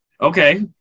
okay